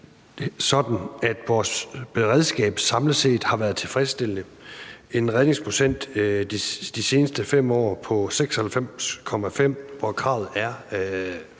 sådan, at vores beredskab samlet set har været tilfredsstillende med en redningsprocent de seneste 5 år på 96,5, hvor kravet er 94 pct.